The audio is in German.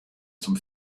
zum